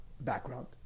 background